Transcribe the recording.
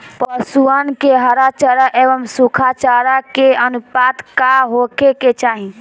पशुअन के हरा चरा एंव सुखा चारा के अनुपात का होखे के चाही?